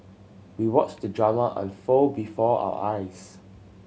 we watched the drama unfold before our eyes